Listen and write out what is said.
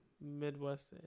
Midwest